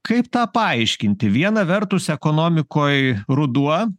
kaip tą paaiškinti viena vertus ekonomikoj ruduo